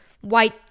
white